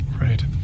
Right